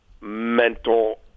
mental